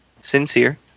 Sincere